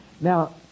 Now